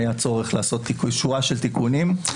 לשנת 2021 והיה צורך לעשות שורה של תיקונים.